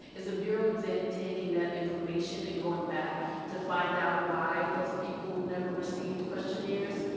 is the bureau then taking that information and going back to find out why those people never received questionnaires?